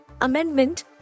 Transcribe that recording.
Amendment